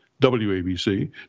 WABC